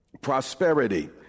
prosperity